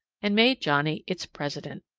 and made johnnie its president.